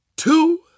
Two